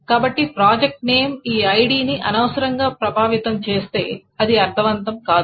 కాబట్టి project name ఈ ఐడిని అనవసరంగా ప్రభావితం చేస్తే అది అర్ధవంతం కాదు